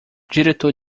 diretor